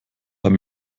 beim